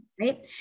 Right